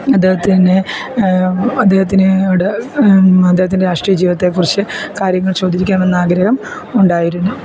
അദ്ദേഹത്തിന് അദ്ദേഹത്തിനോട് അദ്ദേഹത്തിൻ്റെ രാഷ്ട്രീയ ജീവിതത്തെക്കുറിച്ച് കാര്യങ്ങൾ ചോദിക്കാമെന്ന ആഗ്രഹം ഉണ്ടായിരുന്നു